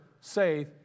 safe